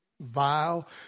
vile